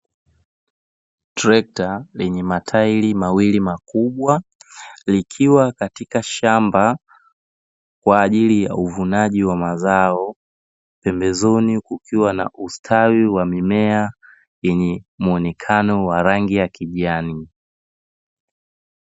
Trekta lenye matairi mawili makubwa likiwa katika shamba kwa ajili ya uvunaji wa mazao, pembezoni kukiwa na ustawi wa mimea yenye muonekano wa rangi ya kijani.